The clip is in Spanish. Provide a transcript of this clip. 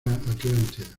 atlántida